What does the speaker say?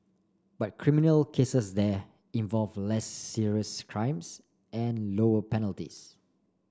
but criminal cases there involve less serious crimes and lower penalties